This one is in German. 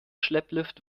schlepplift